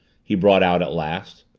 he brought out at last.